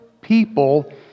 people